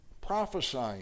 prophesying